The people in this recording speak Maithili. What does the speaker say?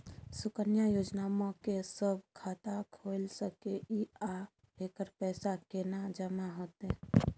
सुकन्या योजना म के सब खाता खोइल सके इ आ एकर पैसा केना जमा होतै?